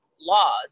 laws